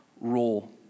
role